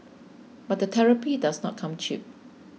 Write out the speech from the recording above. but the therapy does not come cheap